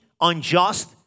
unjust